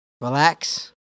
relax